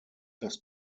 das